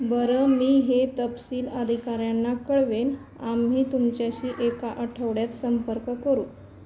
बरं मी हे तपशील अधिकाऱ्यांना कळवेन आम्ही तुमच्याशी एका आठवड्यात संपर्क करू